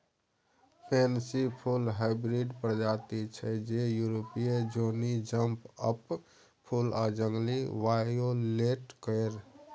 pansy फुल hybrid प्रजाति छै जे युरोपीय जौनी जंप अप फुल आ जंगली वायोलेट केर